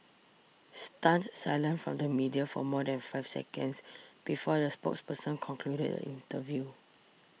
stunned silence from the media for more than five seconds before the spokesperson concluded the interview